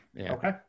Okay